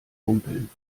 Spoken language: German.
humpeln